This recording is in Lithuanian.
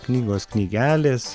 knygos knygelės